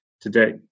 today